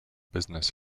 business